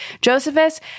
Josephus